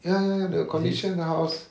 ya ya the condition of the house